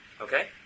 okay